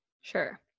Sure